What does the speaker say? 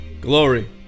Glory